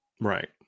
Right